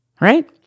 right